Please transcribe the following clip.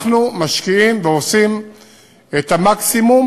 אנחנו משקיעים ועושים את המקסימום,